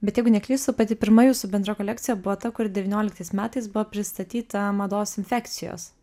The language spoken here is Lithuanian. bet jeigu neklystu pati pirma jūsų bendra kolekcija buvo ta kur devynioliktais metais buvo pristatyta mados infekcijos